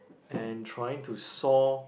and trying to saw